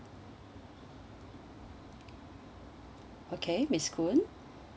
okay miss koon